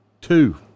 two